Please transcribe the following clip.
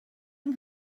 yng